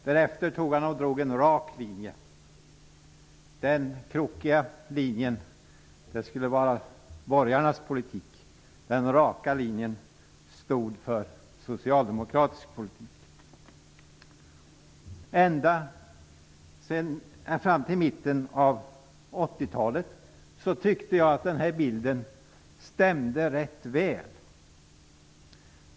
Därefter drog han en rak linje. Den krokiga linjen skulle vara borgerlig politik. Den raka linjen stod för socialdemokratisk politik. Ända till mitten av 1980-talet tyckte jag att den bilden stämde rätt väl.